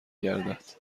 گردد